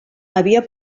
havia